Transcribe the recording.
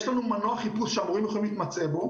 יש לנו מנוע חיפוש שהמורים יכולים להתמצא בו